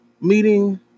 meeting